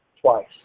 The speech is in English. twice